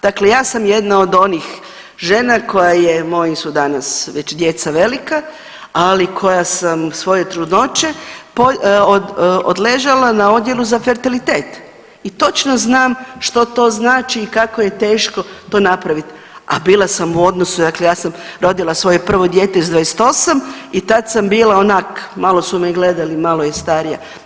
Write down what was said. Dakle ja sam jedna od onih žena koja je, moji su danas već djeca velika, ali koja sam svoje trudnoće odležala na odjelu za fertilitet i točno znam što to znači i kako je teško to napraviti, a bila sam u odnosu, dakle ja sam rodila svoje prvo dijete s 28 i tad sam bila onak, malo su me gledali, malo je starija.